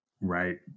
Right